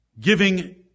giving